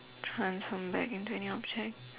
transform back into any object